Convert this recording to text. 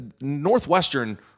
Northwestern